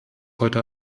heute